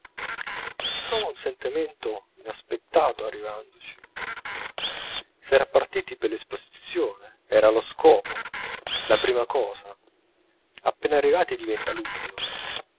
e si prova un sentimento inaspettato arrivandoci s'era partiti per l'esposizione era lo scopo la prima cosa appena arrivati diventa l'ultima